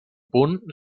punt